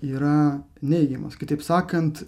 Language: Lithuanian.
yra neigiamas kitaip sakant